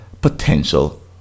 potential